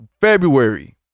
February